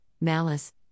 malice